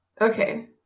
Okay